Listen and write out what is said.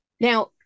Now